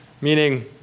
meaning